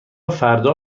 فردا